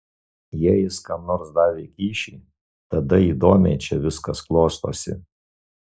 jei jis kam nors davė kyšį tada įdomiai čia viskas klostosi